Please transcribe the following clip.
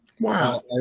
Wow